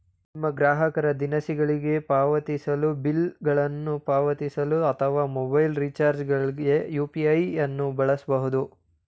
ನಿಮ್ಮ ಗ್ರಾಹಕರು ದಿನಸಿಗಳಿಗೆ ಪಾವತಿಸಲು, ಬಿಲ್ ಗಳನ್ನು ಪಾವತಿಸಲು ಅಥವಾ ಮೊಬೈಲ್ ರಿಚಾರ್ಜ್ ಗಳ್ಗೆ ಯು.ಪಿ.ಐ ನ್ನು ಬಳಸಬಹುದು